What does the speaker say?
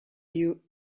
you